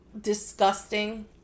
disgusting